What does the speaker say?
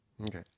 Okay